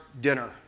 dinner